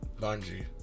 Bungie